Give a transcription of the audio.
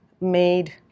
made